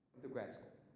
the grad school.